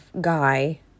guy